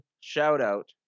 shout-out